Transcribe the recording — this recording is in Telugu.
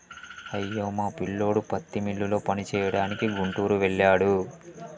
అయ్యో మా పిల్లోడు పత్తి మిల్లులో పనిచేయడానికి గుంటూరు వెళ్ళాడు